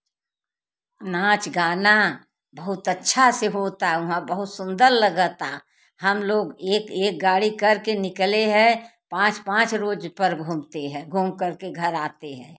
नाच गाना बहुत अच्छा से होता है वहाँ बहुत सुंदर लगता है हम लोग एक एक गाड़ी करके निकले हैं पाँच पाँच रोज़ पर घूमती है घूम करके घर आते हैं